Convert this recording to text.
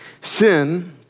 Sin